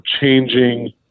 changing